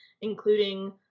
including